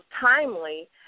timely